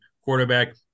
quarterback